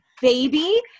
baby